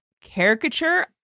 caricature